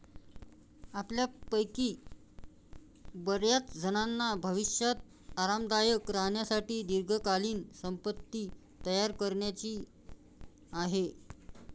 आपल्यापैकी बर्याचजणांना भविष्यात आरामदायक राहण्यासाठी दीर्घकालीन संपत्ती तयार करायची आहे